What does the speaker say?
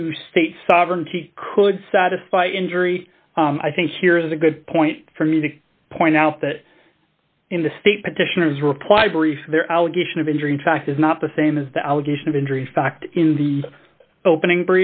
to state sovereignty could satisfy injury i think here is a good point for me to point out that in the state petitioners reply brief their allegation of injury in fact is not the same as the allegation of injury factor in the opening